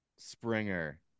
Springer